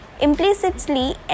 implicitly